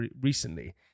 recently